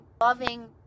loving